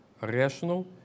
rational